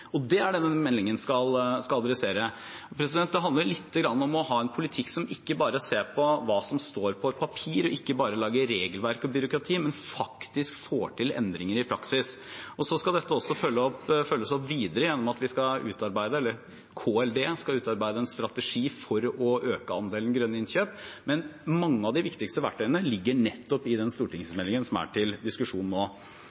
og grønne løsninger, og det er det denne meldingen skal adressere. Det handler lite grann om å ha en politikk som ikke bare ser på hva som står på et papir, og ikke bare lager regelverk og byråkrati, men faktisk får til endringer i praksis. Så skal dette også følges opp videre gjennom at Klima- og miljødepartementet skal utarbeide en strategi for å øke andelen grønne innkjøp. Men mange av de viktigste verktøyene ligger nettopp i den